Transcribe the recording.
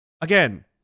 again